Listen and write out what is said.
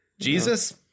Jesus